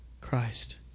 Christ